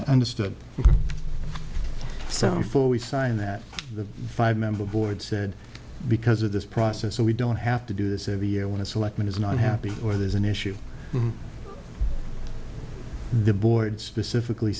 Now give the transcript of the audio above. understood sound four we sign that the five member board said because of this process so we don't have to do this every year when i select it is not happy or there's a new issue the board specifically